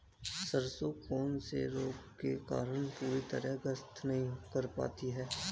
सरसों कौन से रोग के कारण पूरी तरह ग्रोथ नहीं कर पाती है?